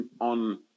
on